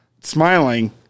smiling